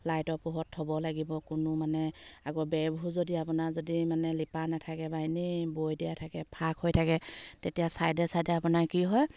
লাইটৰ পোহৰত থ'ব লাগিব কোনো মানে আকৌ বেৰবোৰ যদি আপোনাৰ যদি মানে লিপা নাথাকে বা এনেই বৈ দিয়া থাকে ফাঁক হৈ থাকে তেতিয়া চাইডে চাইডে আপোনাৰ কি হয়